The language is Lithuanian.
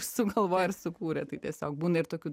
sugalvoję ir sukūrę tai tiesiog būna ir tokių